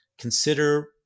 consider